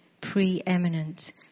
preeminent